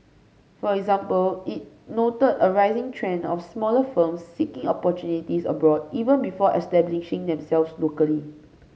for example it noted a rising trend of smaller firms seeking opportunities abroad even before establishing themselves locally